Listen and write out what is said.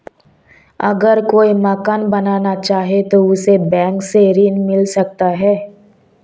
अगर कोई मकान बनाना चाहे तो उसे बैंक से ऋण मिल सकता है?